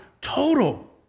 total